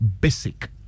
Basic